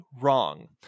wrong